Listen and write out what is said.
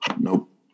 Nope